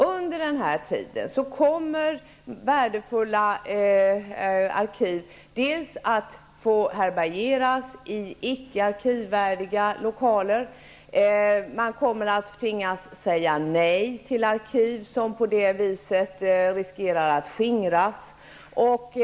Under den här tiden kommer värdefulla arkiv att få härbärgeras i icke-arkivvärdiga lokaler. Man kommer att tvingas att säga nej till arkiv, som på det sättet riskerar att skingras.